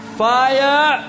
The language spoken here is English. fire